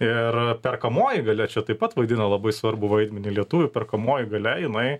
ir perkamoji galia čia taip pat vaidina labai svarbų vaidmenį lietuvių perkamoji galia jinai